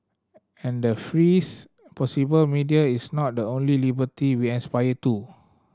and the freest possible media is not the only liberty we aspire to